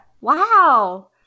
wow